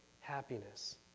happiness